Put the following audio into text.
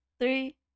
Three